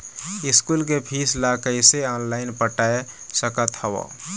School के fees ला कैसे ऑनलाइन पटाए सकत हव?